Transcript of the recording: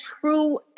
true